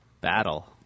battle